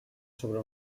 sobre